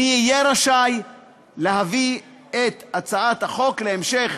אהיה רשאי להביא את הצעת החוק ולהמשיך